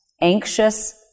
anxious